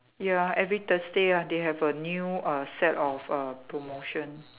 ya every Thursday lah they have a new uh set of uh promotion